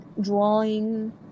drawing